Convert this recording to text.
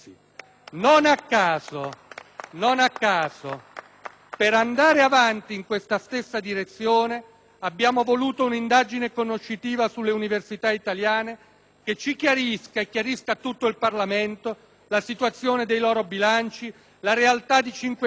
Non a caso, per andare avanti in questa stessa direzione, abbiamo voluto un'indagine conoscitiva sulle università italiane che chiarisse a tutto il Parlamento la situazione del loro bilanci, la realtà, oscura